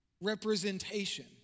representation